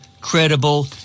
credible